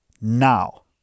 now